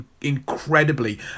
incredibly